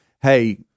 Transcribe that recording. Hey